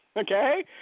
Okay